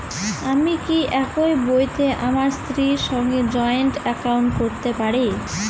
আমি কি একই বইতে আমার স্ত্রীর সঙ্গে জয়েন্ট একাউন্ট করতে পারি?